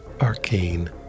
arcane